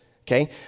Okay